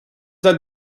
that